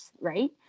right